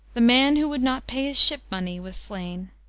the man who would not pay his ship money, was slain.